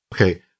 Okay